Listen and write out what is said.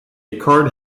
card